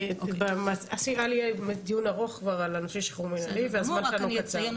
כי היה דיון ארוך כבר על הנושא של שחרור מנהלי והזמן שלנו קצר.